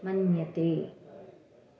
मन्यते